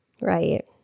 Right